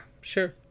sure